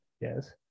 yes